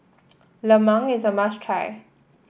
Lemang is a must try